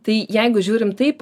tai jeigu žiūrim taip